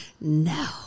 No